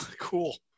Cool